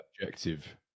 objective